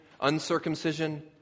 Uncircumcision